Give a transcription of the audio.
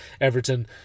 Everton